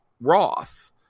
Roth